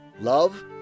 love